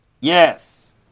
Yes